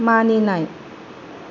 मानिनाय